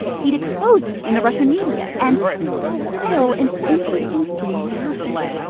he'd expose it in the russian media. and for a while, an interesting thing happened.